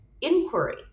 inquiry